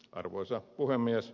arvoisa puhemies